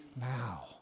now